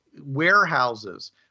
warehouses